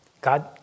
God